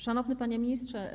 Szanowny Panie Ministrze!